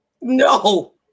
No